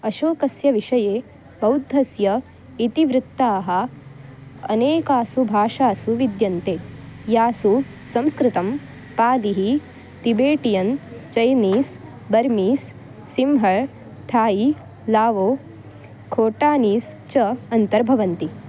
अशोकस्य विषये बौद्धस्य इतिवृत्ताः अनेकासु भाषासु विद्यन्ते यासु संस्कृतं पादिः Tibetan Chinese Burmese Sinhala Thai Lao Khotanese च अन्तर्भवन्ति